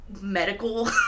medical